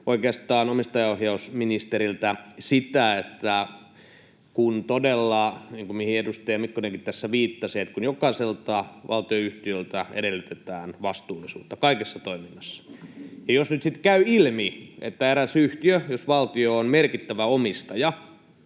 oikeastaan omistajaohjausministeriltä sitä, että kun todella — niin kuin mihin edustaja Mikkonenkin tässä viittasi — jokaiselta valtionyhtiöltä edellytetään vastuullisuutta kaikessa toiminnassa, ja jos nyt sitten käy ilmi, että eräs yhtiö, jossa valtio on merkittävä omistaja,